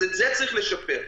את זה צריך לשפר.